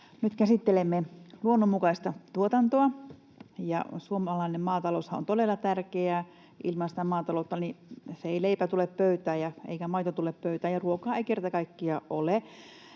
Nyt käsittelemme luonnonmukaista tuotantoa, ja suomalainen maataloushan on todella tärkeää. Ilman sitä maataloutta ei leipä tulee pöytään eikä maito tulee pöytään ja ruokaa ei kerta kaikkiaan ole.